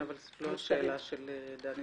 אבל זו לא השאלה של דני.